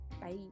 Bye